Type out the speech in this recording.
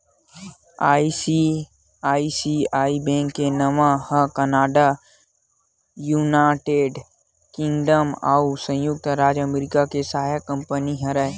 ICICI bank के नांव ह कनाड़ा, युनाइटेड किंगडम अउ संयुक्त राज अमरिका के सहायक कंपनी हरय